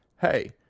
hey